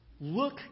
look